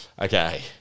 Okay